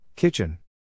Kitchen